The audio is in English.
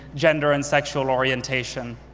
gender, and sexual orientation.